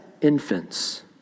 infants